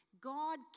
God